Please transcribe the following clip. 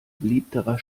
beliebterer